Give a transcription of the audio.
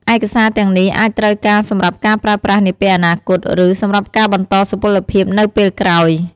ឯកសារទាំងនេះអាចត្រូវការសម្រាប់ការប្រើប្រាស់នាពេលអនាគត ឬសម្រាប់ការបន្តសុពលភាពនៅពេលក្រោយ។